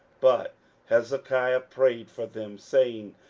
but hezekiah prayed for them, saying,